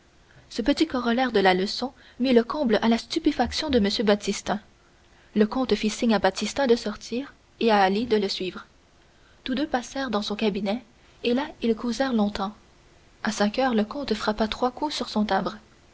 ce petit corollaire de la leçon mit le comble à la stupéfaction de m baptistin le comte fit signe à baptistin de sortir et à ali de le suivre tous deux passèrent dans son cabinet et là ils causèrent longtemps à cinq heures le comte frappa trois coups sur son timbre